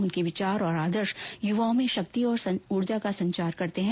उनके विचार और आदर्श युवाओं में शक्ति और ऊर्जा का संचार करते हैं